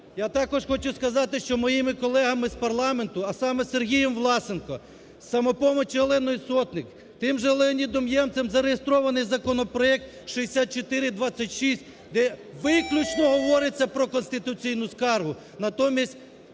Я також хочу сказати, що моїми колегами з парламенту, а саме Сергієм Власенком, із "Самопомочі" Оленою Сотник, тим же Леонідом Ємцем зареєстрований законопроект 6426, де виключно говориться про конституційну скаргу,